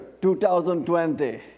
2020